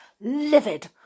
livid